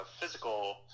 physical